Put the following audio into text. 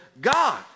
God